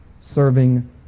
serving